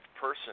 person